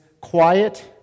quiet